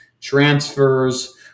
transfers